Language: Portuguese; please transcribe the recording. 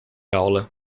aula